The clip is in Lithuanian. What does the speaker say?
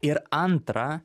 ir antra